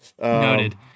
noted